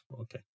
Okay